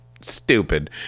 stupid